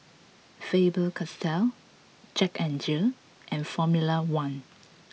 Faber Castell Jack N Jill and Formula One